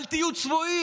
אל תהיו צבועים.